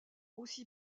aussi